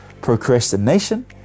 Procrastination